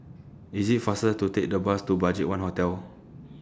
IT IS faster to Take The Bus to BudgetOne Hotel